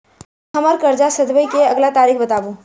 हम्मर कर्जा सधाबई केँ अगिला तारीख बताऊ?